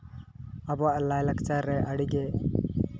ᱟᱵᱚᱣᱟᱜ ᱞᱟᱭᱼᱞᱟᱠᱪᱟᱨ ᱨᱮ ᱟᱹᱰᱤ ᱜᱮ